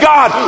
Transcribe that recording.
God